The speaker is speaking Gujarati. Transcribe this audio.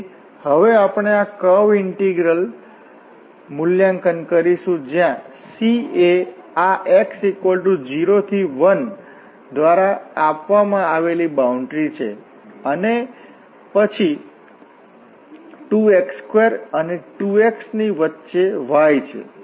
તેથી હવે આપણે આ કર્વ ઇન્ટીગ્રલ મૂલ્યાંકન કરીશું જ્યાં C એ આ x 0 થી 1 દ્વારા આપવામાં આવેલી બાઉન્ડરી છે અને અને પછી 2x2 અને 2 x ની વચ્ચે y છે